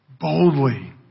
Boldly